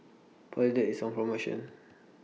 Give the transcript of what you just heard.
Polident IS on promotion